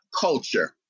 culture